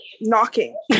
knocking